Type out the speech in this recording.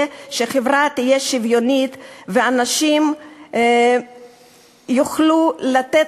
שהחברה תהיה שוויונית ושאנשים יוכלו לתת,